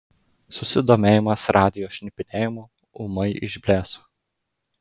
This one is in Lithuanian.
susidomėjimas radijo šnipinėjimu ūmai išblėso